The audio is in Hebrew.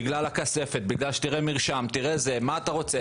בגלל הכספת, בגלל שתראה מרשם, מה אתה רוצה?